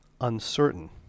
uncertain